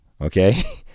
okay